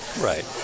right